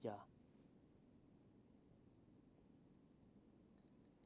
yeah